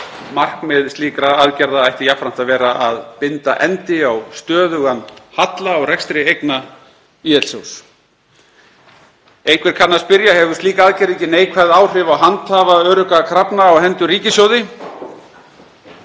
Markmið slíkra aðgerða ætti jafnframt að vera að binda enda á stöðugan halla á rekstri eigna ÍL-sjóðs. Einhver kann að spyrja: Hefur slík aðgerð ekki neikvæð áhrif á handhafa örugga krafna á hendur ríkissjóði?